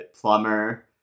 plumber